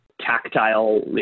tactile